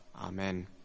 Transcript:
Amen